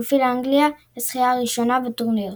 והוביל את אנגליה לזכייתה הראשונה בטורניר.